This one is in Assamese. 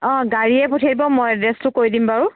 অ গাড়ীয়ে পঠিয়াই দিব মই এড্ৰেছটো কৈ দিম বাৰু